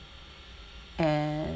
and